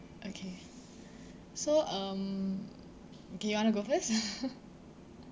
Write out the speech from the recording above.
okay so um do you want to go first